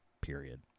period